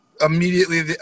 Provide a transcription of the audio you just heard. immediately